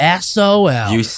SOL